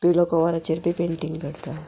पिलो कवरांचेर बी पेंटींग करता